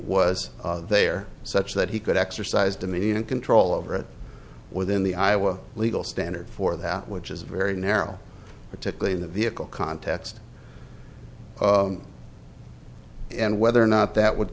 was there such that he could exercise dominion and control over it within the iowa legal standard for that which is very narrow particularly in the vehicle context and whether or not that would